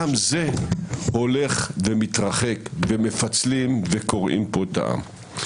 גם זה הולך ומתרחק, ומפצלים וקורעים פה את העם.